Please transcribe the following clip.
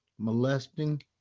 molesting